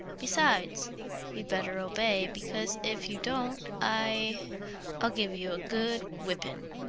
besides you'd better obey, because if you don't, i i'll give you a good whipping.